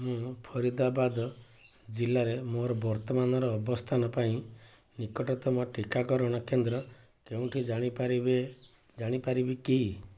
ମୁଁ ଫରିଦାବାଦ ଜିଲ୍ଲାରେ ମୋର ବର୍ତ୍ତମାନର ଅବସ୍ଥାନ ପାଇଁ ନିକଟତମ ଟିକାକରଣ କେନ୍ଦ୍ର କେଉଁଟି ଜାଣିପାରିବେ ଜାଣିପାରିବି କି